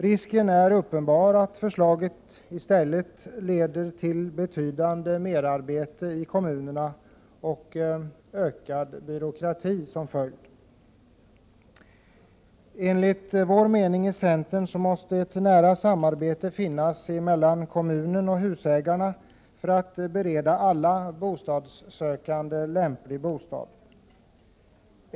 Risken är uppenbar att förslaget i stället leder till betydande merarbete i kommunerna, med ökad byråkrati som följd. Enligt centerns mening måste ett nära samarbete finnas mellan kommunen och husägarna för att bereda alla bostadssökande lämplig bostad.